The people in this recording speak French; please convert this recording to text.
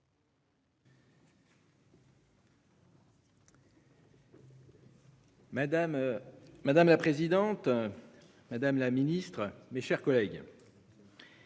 madame la présidente. Monsieur le Ministre, mes chers collègues.